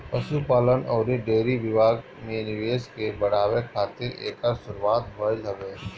पशुपालन अउरी डेयरी विभाग में निवेश के बढ़ावे खातिर एकर शुरुआत भइल हवे